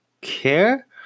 care